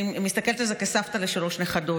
אני מסתכלת על זה כסבתא לשלוש נכדות.